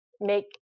make